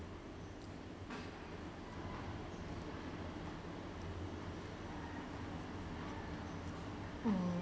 mm